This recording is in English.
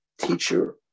teacher